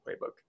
Playbook